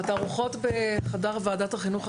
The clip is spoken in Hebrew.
התערוכות בחדר וועדת החינוך,